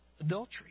adultery